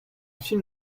film